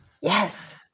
Yes